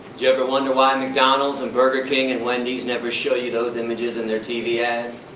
you ever wonder why and mcdonald's and burger king and wendy's never show you those images in their tv ads?